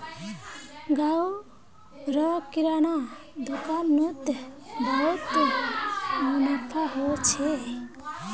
गांव र किराना दुकान नोत बहुत मुनाफा हो छे